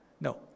No